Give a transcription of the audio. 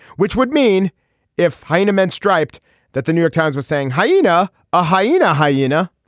which would mean if hyena men striped that the new york times was saying hyena a hyena hyena